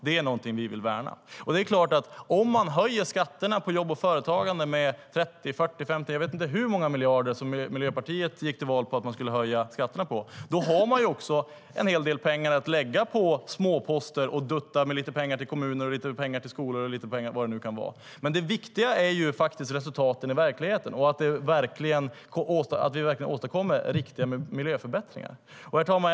Det är någonting vi vill värna. Herr talman!